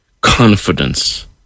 confidence